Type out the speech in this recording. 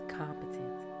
competent